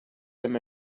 him